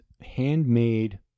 handmade